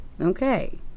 Okay